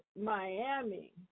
Miami